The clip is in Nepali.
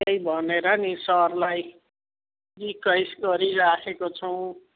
त्यही भनेर नि सरलाई रिक्वेस्ट गरिराखेको छौँ